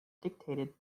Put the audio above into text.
dictated